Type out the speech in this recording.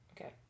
Okay